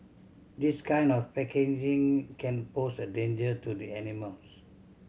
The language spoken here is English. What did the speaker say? this kind of packaging can pose a danger to the animals